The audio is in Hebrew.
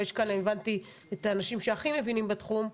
ויש כאן אני הבנתי את האנשים שהכי מבינים בתחום,